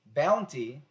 bounty